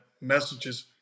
messages